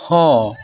ᱦᱮᱸ